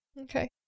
Okay